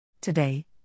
Today